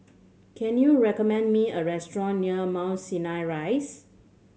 can you recommend me a restaurant near Mount Sinai Rise